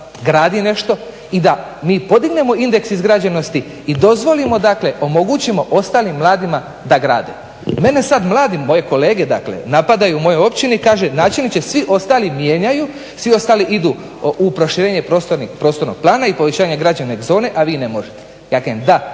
gradi nešto i da mi podignemo indeks izgrađenosti i dozvolimo i omogućimo ostalim mladima da grade. Mene sada mladi moje kolege napadaju moje općini kaže načelniče svi ostali mijenjaju svi ostali idu u proširenje prostornog plana i povećanje građevne zone, a vi ne možete. Ja kažem da